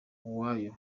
uwoya